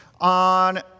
on